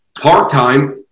part-time